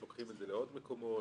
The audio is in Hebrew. איך לוקחים את זה לעוד מקומות.